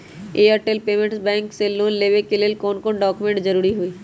Airtel payments bank से loan लेवे के ले कौन कौन डॉक्यूमेंट जरुरी होइ?